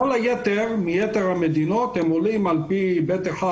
כל היתר הם עולים על פי ב'1,